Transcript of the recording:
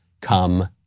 come